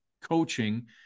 coaching